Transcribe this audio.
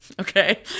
Okay